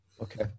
okay